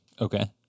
Okay